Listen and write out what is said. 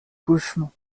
gauchement